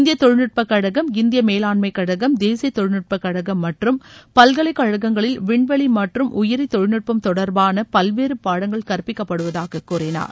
இந்திய தொழில்நுட்ப கழகம் இந்திய மேலாண்மை கழகம் தேசிய தொழில்நுட்ப கழகம் மற்றும் பல்கலைக்கழகங்களில் விண்வெளி மற்றும் உயிரி தொழில்நுட்பம் தொடர்பான பல்வேறு பாடங்கள் கற்பிக்கப்படுவதாக கூறினார்